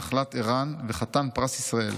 נחלת ערן וחתן פרס ישראל,